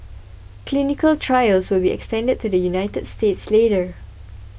clinical trials will be extended to the United States later